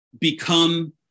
become